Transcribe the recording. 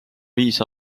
viis